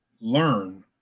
learn